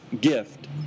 gift